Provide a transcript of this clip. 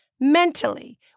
mentally